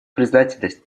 признательность